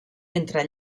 entre